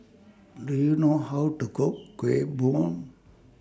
Do YOU know How to Cook Kueh Bom